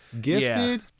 gifted